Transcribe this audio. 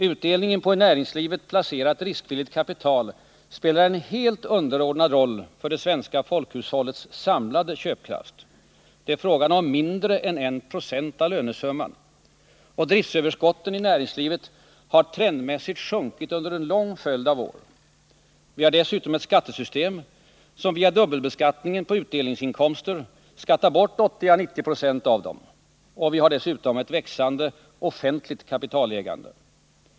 Utdelningen på i näringslivet placerat riskvilligt kapital spelar en helt underordnad roll för det svenska folkhushållets samlade köpkraft. Det är fråga om mindre än 196 av lönesumman. Driftöverskotten inom näringslivet har trendmässigt sjunkit under en lång följd av år. Vi har ett skattesystem som via dubbelbeskattningen på utdelningsinkomster skattar bort 80 å 9096 därav. Och vi har dessutom ett växande offentligt kapitalägande.